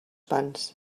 pans